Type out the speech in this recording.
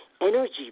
energy